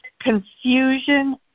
confusion